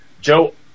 Joe